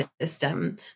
system